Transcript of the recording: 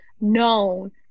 known